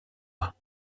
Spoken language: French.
mois